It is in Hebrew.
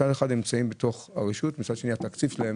מצד אחד הם נמצאים בתוך הרשות ומצד שני התקציב שלהם